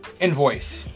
invoice